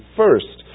first